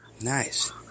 Nice